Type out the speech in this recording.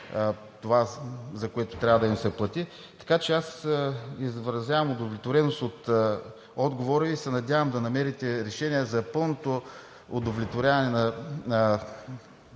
това, за което трябва да им се плати. Така че аз изразявам удовлетвореност от отговора и се надявам да намерите решение за пълното удовлетворяване на